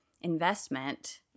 investment